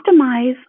Optimize